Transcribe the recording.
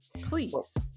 Please